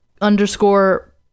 underscore